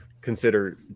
consider